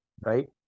right